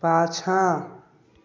पाछाँ